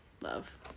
Love